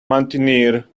mountaineer